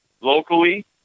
locally